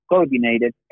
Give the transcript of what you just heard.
Coordinated